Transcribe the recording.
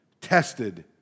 tested